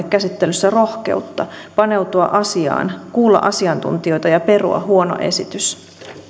käsittelyssä rohkeutta paneutua asiaan kuulla asiantuntijoita ja perua huono esitys